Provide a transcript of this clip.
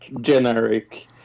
generic